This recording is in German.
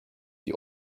die